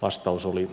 vastaus oli